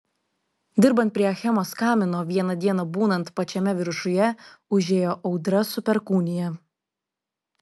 dirbant prie achemos kamino vieną dieną būnant pačiame viršuje užėjo audra su perkūnija